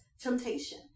temptation